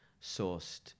sourced